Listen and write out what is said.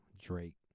Drake